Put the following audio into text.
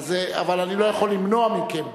אבל אני לא יכול למנוע מכם.